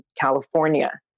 California